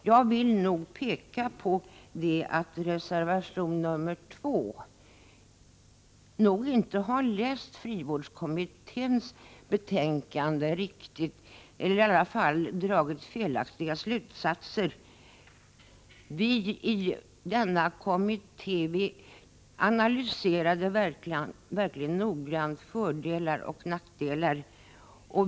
Jag vill peka på att de som står bakom reservation nr 2 nog inte har läst frivårdskommitténs betänkande ordentligt eller i alla fall dragit felaktiga slutsatser. Vi i denna kommitté analyserade verkligen noggrant fördelar och nackdelar.